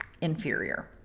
inferior